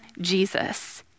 Jesus